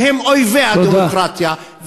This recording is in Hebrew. שהם אויבי הדמוקרטיה,